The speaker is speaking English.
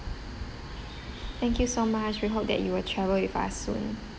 thank you so much we hope that you will travel with us soon